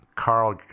Carl